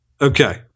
Okay